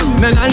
man